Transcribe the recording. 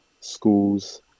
schools